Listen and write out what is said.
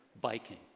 biking